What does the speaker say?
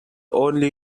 only